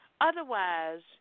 Otherwise